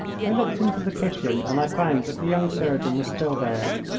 i looked into the kitchen and i found that the young surgeon was still there.